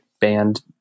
band